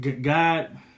God